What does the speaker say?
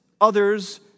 others